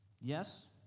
Yes